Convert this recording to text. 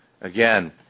again